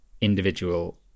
individual